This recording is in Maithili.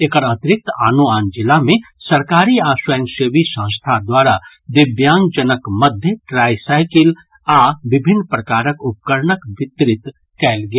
एकर अतिरिक्त आनो आन जिला मे सरकारी आ स्वयंसेवी संस्था द्वारा दिव्यांग जनक मध्य ट्रायसाईकिल आ विभिन्न प्रकारक उपकरण वितरित कयल गेल